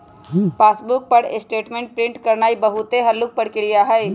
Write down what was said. passbook पर statement print करानाइ बहुते हल्लुक प्रक्रिया हइ